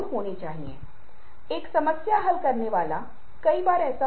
इसलिए उदाहरण के लिए अलग अलग स्थानों में अलग अलग प्रभाव होते हैं